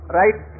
right